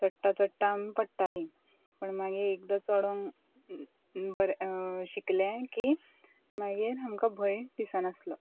चडटा चडटां आमी पडटाली पूण मागीर एकदां चडोंक शिकले की मागीर आमकां भंय दिसनासलो